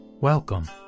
Welcome